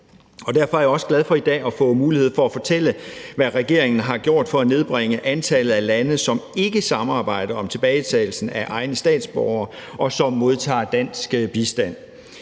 Derfor er jeg også glad for i dag at få mulighed for at fortælle, hvad regeringen har gjort for at nedbringe antallet af lande, som ikke samarbejder om tilbagetagelsen af egne statsborgere, og som modtager dansk bistand.